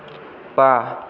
बा